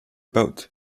built